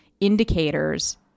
indicators